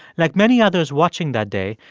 like many others watching that day,